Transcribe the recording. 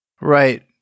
Right